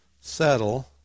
settle